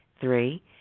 Three